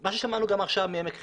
מה ששמענו גם עכשיו מעמק חפר,